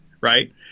right